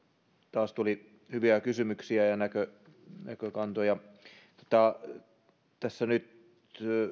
taas tuli hyviä kysymyksiä ja näkökantoja joihin nyt